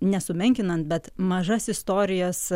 nesumenkinant bet mažas istorijas